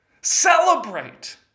Celebrate